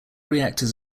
reactors